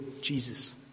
Jesus